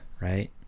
right